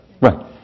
Right